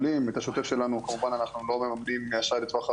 איננו ממנים את התזרים השוטף מאשראי לטווח ארוך,